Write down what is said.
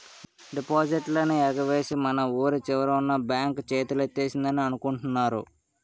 డిపాజిట్లన్నీ ఎగవేసి మన వూరి చివరన ఉన్న బాంక్ చేతులెత్తేసిందని అనుకుంటున్నారు